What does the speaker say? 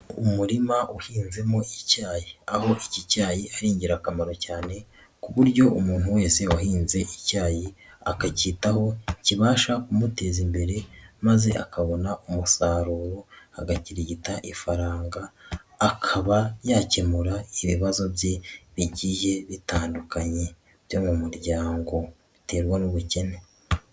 Umurima uhinzemo icyayi. Aho iki cyayi ari ingirakamaro cyane ku buryo umuntu wese wahinze icyayi akakitaho kibasha kumuteza imbere maze akabona umusaruro agakirigita ifaranga, akaba yakemura ibibazo bye bigiye bitandukanye byo mu muryango, biterwa n'ubukene.